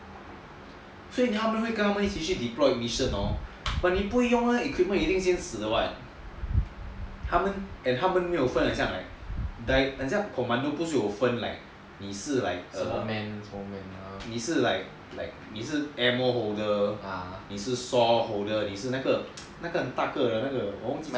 所以他们会跟他们一起去 deployed mission but 你不会用那个 equipment 你一定先死的 [what] and 他们分很像你是 like ammo holder saw holder 那个很大个的那个我忘记叫什么